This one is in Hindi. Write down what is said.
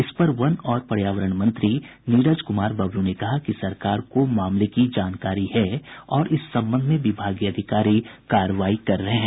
इस पर वन और पर्यावरण मंत्री नीरज कुमार बबलू ने कहा कि सरकार को मामले की जानकारी है और इस संबंध में विभागीय अधिकारी कार्रवाई कर रहे हैं